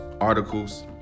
articles